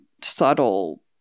subtle